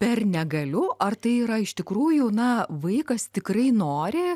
per negaliu ar tai yra iš tikrųjų na vaikas tikrai nori